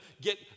get